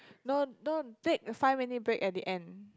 no don't take five minute break at the end